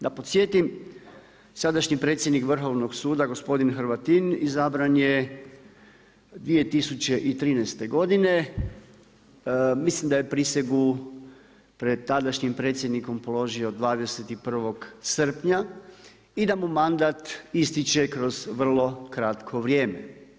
Da podsjetim, sadašnji predsjednik Vrhovnog suda gospodin Hrvatin izabran je 2013. godine, mislim da je prisegu pred tadašnjim predsjednikom položio 21. srpnja i da mu mandat ističe kroz vrlo kratko vrijeme.